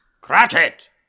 Cratchit